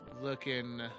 looking